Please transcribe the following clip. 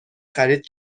خرید